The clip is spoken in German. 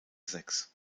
sechs